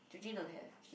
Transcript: don't have she